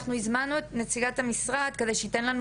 אנחנו הזמנו את נציגת המשרד על מנת שתיתן לנו